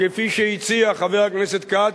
כפי שהציע חבר הכנסת כץ,